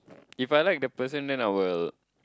if I like the person then I will